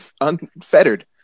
Unfettered